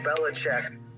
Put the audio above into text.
Belichick